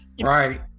Right